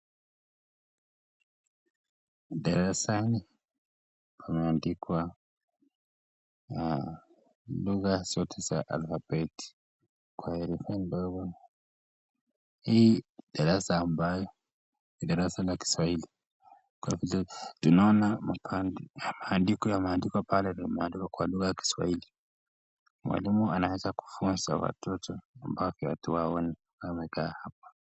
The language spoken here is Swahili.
Darasani wameandikwa lugha zote za alfabeti kwa herufi ndogo, hii darasa ambayo ni darasa la kiswahili tunaona maandiko yameandikwa pale imeandikwa kwa lugha ya kiwahili, mwalimu anaweza kufunza watoto ambao watu hao wamekaa hapo